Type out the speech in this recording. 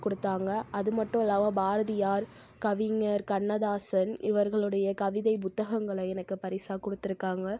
கொடுத்தாங்க அது மட்டும் இல்லாமல் பாரதியார் கவிஞர் கண்ணதாசன் இவர்களுடைய கவிதை புத்தகங்களை எனக்கு பரிசாக கொடுத்துருக்காங்க